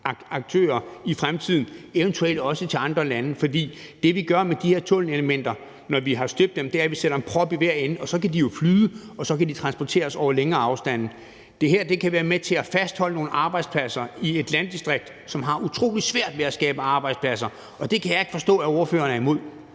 aktører i fremtiden, eventuelt også til andre lande. Det, vi gør med de her tunnelelementer, når vi har støbt dem, er, at vi sætter en prop i hver ende, og så kan de jo flyde, og så kan de transporteres over længere afstande. Det her kan være med til at fastholde nogle arbejdspladser i et landdistrikt, som har utrolig svært ved at skabe arbejdspladser, og det kan jeg ikke forstå ordføreren er imod.